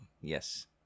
Yes